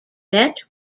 met